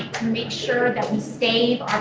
to make sure that we save